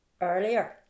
earlier